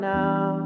now